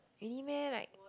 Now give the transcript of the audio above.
really meh like